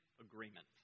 Agreement